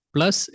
Plus